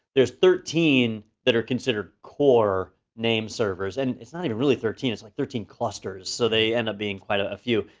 there's thirteen that are considered core name servers and it's not even really thirteen, it's like thirteen clusters, so they end up being quite a few.